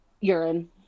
Urine